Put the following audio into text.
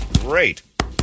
Great